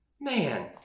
man